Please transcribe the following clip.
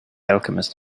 alchemist